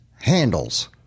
handles